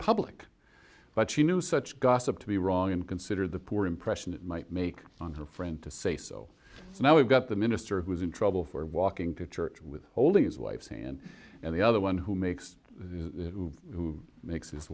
public but she knew such gossip to be wrong and consider the poor impression it might make on her friend to say so now we've got the minister who's in trouble for walking to church with holding his wife's hand and the other one who makes who makes his